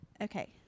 Okay